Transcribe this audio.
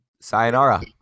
sayonara